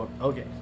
Okay